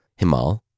Himal